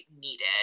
needed